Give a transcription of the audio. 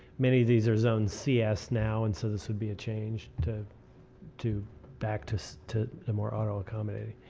many of these are zoned cs now. and so this would be a change to to back to so to the more auto accommodating.